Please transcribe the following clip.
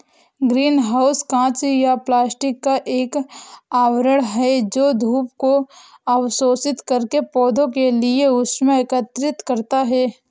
green house कांच या plastic का एक आवरण है जो धूप को अवशोषित करके पौधों के लिए ऊष्मा एकत्रित करता है